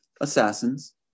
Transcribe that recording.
Assassins